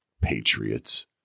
patriots